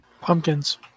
Pumpkins